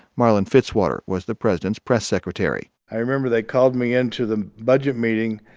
marlin fitzwater was the president's press secretary i remember they called me in to the budget meeting.